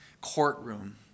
courtroom